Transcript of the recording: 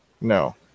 No